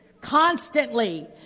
constantly